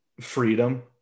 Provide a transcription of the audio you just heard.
freedom